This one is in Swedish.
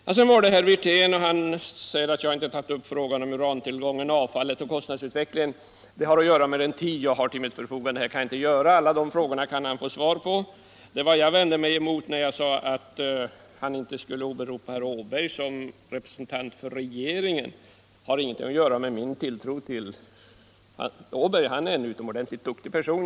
Herr Wirtén säger att jag inte tagit upp frågan om urantillgången, avfallet och kostnadsutvecklingen. Det har att göra med den tid jag har till mitt förfogande, jag kan inte svara på alla de frågorna. Vad jag vände mig emot när jag sade att han inte skulle åberopa herr Åberg som representant för regeringen har inget att göra med min tilltro till herr Åberg. Han är en utomordentligt duktig person.